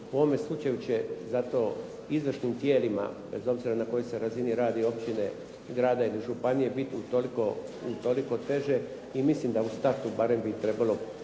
U ovome slučaju će zato u izvršnim tijelima, bez obzira na kojoj se razini radi općine, grada ili županije biti utoliko teže i mislim da u startu barem bi trebalo